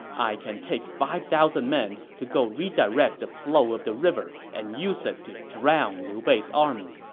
i can take five thousand men to go redirect the flow of the river and use it to drown liu bei's army.